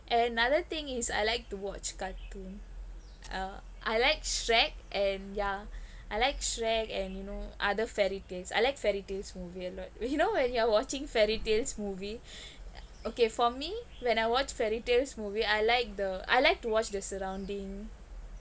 another thing is I like to watch cartoon uh I like shrek and yeah I like shrek and you know other fairy tales I like fairy tales movie a lot you know when you are watching fairy tales movie okay for me when I watched fairy tales movie I like the I like to watch the surrounding